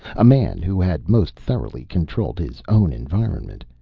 a man who had most thoroughly controlled his own environment.